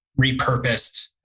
repurposed